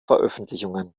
veröffentlichungen